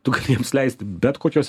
tu gali jiems leisti bet kokios